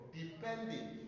depending